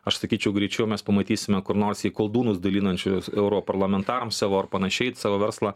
aš sakyčiau greičiau mes pamatysime kur nors jį koldūnus dalinančiu europarlamentaram savo ar panašiai savo verslą